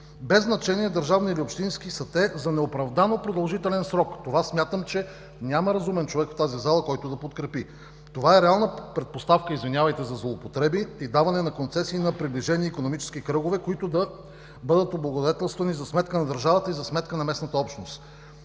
без значение държавни или общински са те, за неоправдано продължителен срок. Смятам, че няма разумен човек в тази зала, който да подкрепи това. Това е реална предпоставка, извинявайте, за злоупотреби и даване на концесии на приближени икономически кръгове, които да бъдат облагодетелствани за сметка на държавата и за сметка на местната общност.